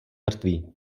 mrtvý